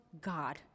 God